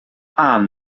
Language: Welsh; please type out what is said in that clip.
ann